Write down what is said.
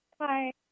Hi